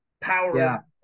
power